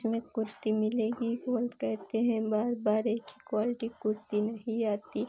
इसमें क कुर्ती मिलेगी वह कहते हैं बार बार एक ही क्वाल्टी क कुर्ती नहीं आती